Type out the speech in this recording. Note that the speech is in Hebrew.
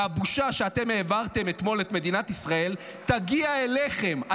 והבושה שאתם העברתם אתמול את מדינת ישראל תגיע אליכם,